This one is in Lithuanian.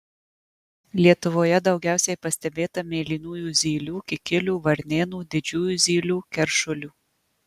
lietuvoje daugiausiai pastebėta mėlynųjų zylių kikilių varnėnų didžiųjų zylių keršulių